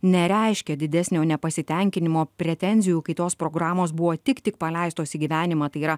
nereiškia didesnio nepasitenkinimo pretenzijų kai tos programos buvo tik tik paleistos į gyvenimą tai yra